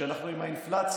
כשאנחנו עם האינפלציה